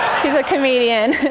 she's a comedian.